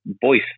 voice